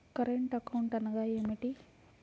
Current account అనగా ఏమిటి?